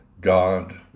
God